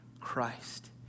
Christ